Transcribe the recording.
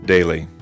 Daily